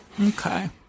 okay